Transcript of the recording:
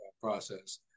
process